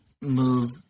move